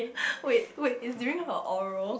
wait wait is during her oral